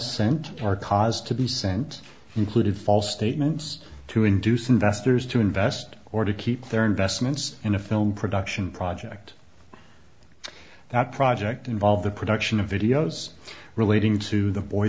our cause to be sent included false statements to induce investors to invest or to keep their investments in a film production project that project involved the production of videos relating to the boy